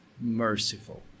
merciful